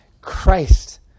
Christ